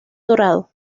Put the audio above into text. dorado